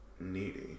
needy